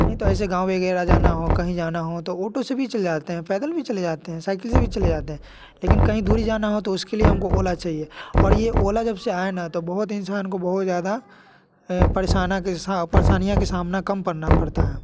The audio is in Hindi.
नहीं तो ऐसे गाँव वगैरह जाना हो कहीं जाना हो तो औटो से भी चले जाते हैं पैदल भी चले जाते हैं साइकिल से भी चले जाते हैं लेकिन कहीं दूरी जाना हो तो उसके लिए हमको ओला चाहिए और ये ओला जब से आया ना तो बहुत इंसान को बहुत ज़्यादा परेशानियाँ की सामना कम करना पड़ता है